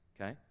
Okay